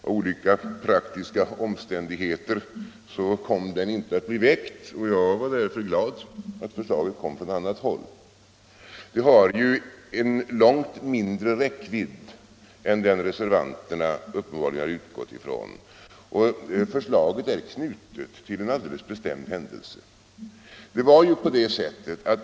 Av olika praktiska orsaker kom den inte att bli väckt, och jag var därför glad att förslaget kom från annat håll. Det har en långt mindre räckvidd än den reservanterna uppenbarligen har utgått från, och förslaget är knutet till en alldeles bestämd händelse.